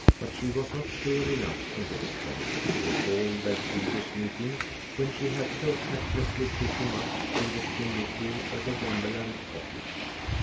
but she was not sure enough on this point to recall their previous meeting when she had so tactlessly kicked him up through the chimney flue of the wonderland cottage.